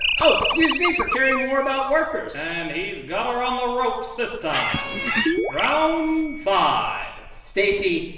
and oh, excuse me for caring more about workers and he's got her on the ropes this time round five stacey,